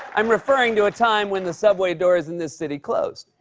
i'm referring to a time when the subway doors in this city closed.